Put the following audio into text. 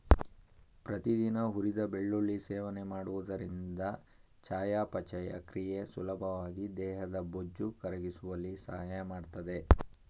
ಪ್ರತಿದಿನ ಹುರಿದ ಬೆಳ್ಳುಳ್ಳಿ ಸೇವನೆ ಮಾಡುವುದರಿಂದ ಚಯಾಪಚಯ ಕ್ರಿಯೆ ಸುಲಭವಾಗಿ ದೇಹದ ಬೊಜ್ಜು ಕರಗಿಸುವಲ್ಲಿ ಸಹಾಯ ಮಾಡ್ತದೆ